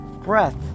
breath